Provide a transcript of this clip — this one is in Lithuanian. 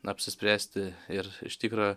apsispręsti ir iš tikro